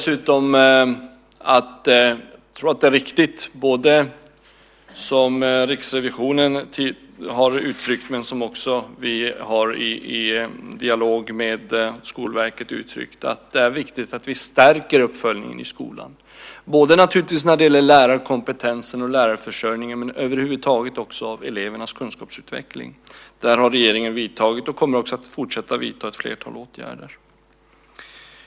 Som Riksrevisionen har uttryckt, men som också vi i dialog med Skolverket har uttryckt, tror jag att det är viktigt att vi stärker uppföljningen i skolan. Det gäller naturligtvis både lärarkompetensen och lärarförsörjningen men över huvud taget när det gäller elevernas kunskapsutveckling. Där har regeringen vidtagit, och kommer också att fortsätta att vidta, ett flertal åtgärder.